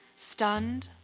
Stunned